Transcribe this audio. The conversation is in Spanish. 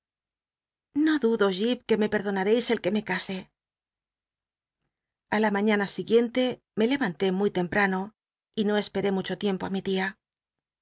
no dudo j i que me perdonareis el que me case a la mañana siguiente me levanté muy temprano y no esperé mucho tiempo i mi tia